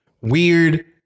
weird